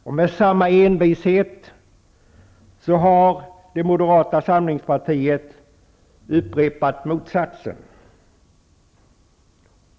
Och med samma envishet har Moderata samlingspartiet upprepat motsatsen.